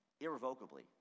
irrevocably